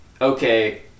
okay